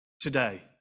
today